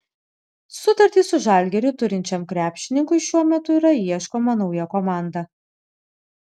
sutartį su žalgiriu turinčiam krepšininkui šiuo metu yra ieškoma nauja komanda